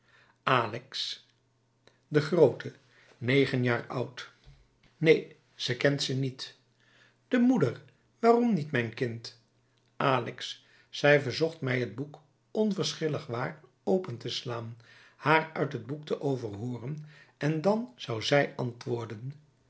alix de groote negen jaar oud neen zij kent ze niet de moeder waarom niet mijn kind alix zij verzocht mij het boek onverschillig waar open te slaan haar uit het boek te overhooren en dan zou zij antwoorden